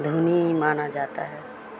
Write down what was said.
دھونی مانا جاتا ہے